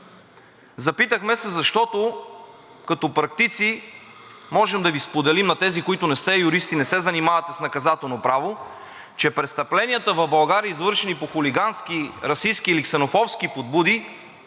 Запитахме се, защото като практици може да споделим с тези, които не сте юристи, не се занимавате с наказателно право, че престъпленията в България, извършени по хулигански, расистки или ксенофобски подбуди,